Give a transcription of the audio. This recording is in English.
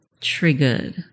triggered